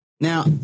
Now